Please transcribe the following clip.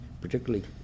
particularly